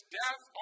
death